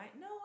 No